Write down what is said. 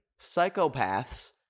psychopaths